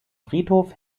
friedhof